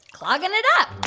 clogging it up